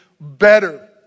better